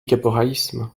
caporalisme